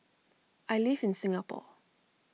I live in Singapore